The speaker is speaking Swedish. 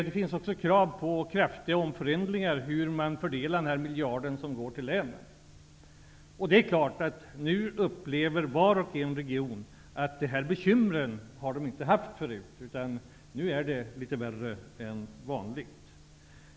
Det finns också krav på kraftiga förändringar av hur man fördelar den miljard som går till länen. Dessa bekymmer har regionerna inte haft förut. Nu är det litet värre än vanligt.